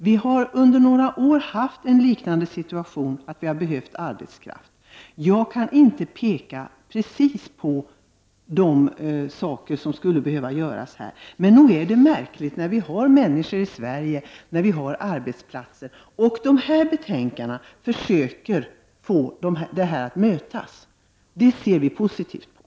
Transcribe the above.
Vi har under några år haft en liknande situation — vi behöver arbetskraft. Jag kan inte exakt ange vad som här skulle behöva göras, men nog är det märkligt att vi har dessa människor i Sverige men ändå har tomma arbetsplatser. I dessa betänkanden försöker man få dessa båda faktorer att mötas. Det ser vi positivt på.